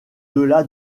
delà